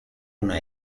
una